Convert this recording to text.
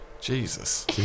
Jesus